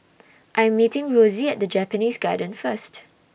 I Am meeting Rosie At Japanese Garden First